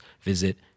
visit